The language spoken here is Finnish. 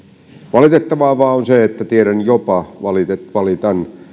valitettavaa vain on se kuten tiedän jopa valitan valitan